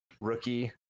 rookie